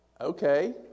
okay